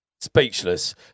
Speechless